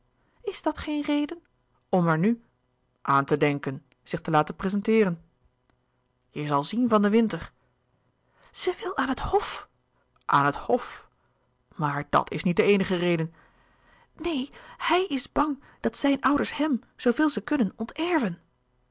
is dat geen reden om er nu aan te dènken zich te laten prezenteeren je zal zien van den winter ze wil aan het hof aan het hof maar dat is niet de eenige reden neen h i j is bang dat zijn ouders hem zoo veel ze kunnen